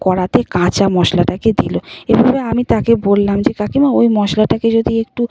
কড়াতে কাঁচা মশলাটাকে দিল এভাবে আমি তাকে বললাম যে কাকিমা ওই মশলাটাকে যদি একটু